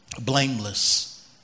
Blameless